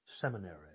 seminary